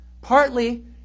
Partly